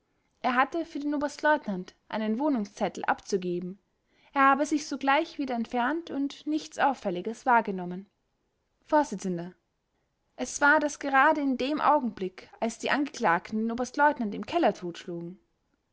er hatte für den oberstleutnant einen wohnungszettel abzugeben er habe sich sogleich wieder entfernt und nichts auffälliges wahrgenommen vors es war das gerade in dem augenblick als die angeklagten den oberstleutnant im keller totschlugen